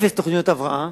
אפס תוכניות הבראה.